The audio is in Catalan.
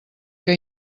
que